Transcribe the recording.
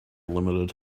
limited